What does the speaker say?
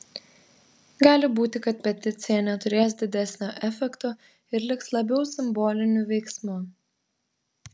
gali būti kad peticija neturės didesnio efekto ir liks labiau simboliniu veiksmu